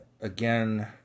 again